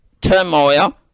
turmoil